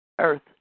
Earth